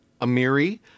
Amiri